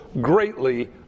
greatly